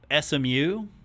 SMU